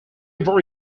very